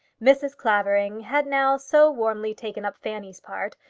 mrs. clavering had now so warmly taken up fanny's part,